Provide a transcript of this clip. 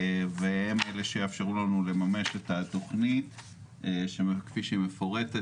שיאפשרו לנו לממש את התוכנית כפי שהיא מפורטת.